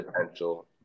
potential